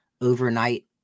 overnight